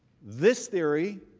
this theory,